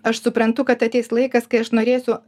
aš suprantu kad ateis laikas kai aš norėsiu